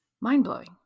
mind-blowing